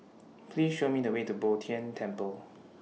Please Show Me The Way to Bo Tien Temple